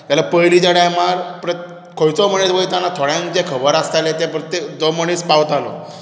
जाल्या पयलींच्या टायमार प्रत् खंयचो मनीस वयताना थोड्याक जें खबर आसतालें तें प्रत्येक तो मनीस पावतालो